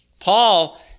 Paul